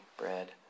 bread